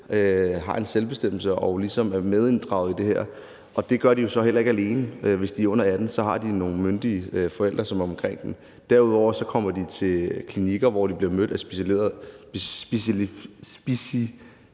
har en selvbestemmelse og ligesom er medinddraget i det her. De gør det jo så heller ikke alene; hvis de er under 18 år, har de nogle myndige forældre, som er omkring dem. Derudover kommer de til klinikker, hvor de bliver mødt af specialiseret